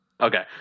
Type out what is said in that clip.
Okay